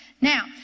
Now